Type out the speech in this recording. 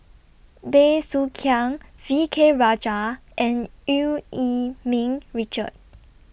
Bey Soo Khiang V K Rajah and EU Yee Ming Richard